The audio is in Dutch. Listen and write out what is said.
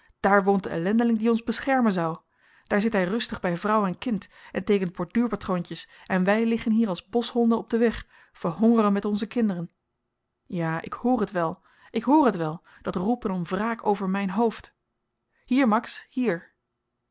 daar woont de ellendeling die ons beschermen zou daar zit hy rustig by vrouw en kind en teekent borduurpatroontjes en wy liggen hier als boschhonden op den weg verhongeren met onze kinderen ja ik hoor het wel ik hoor het wel dat roepen om wraak over myn hoofd hier max hier